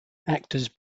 actors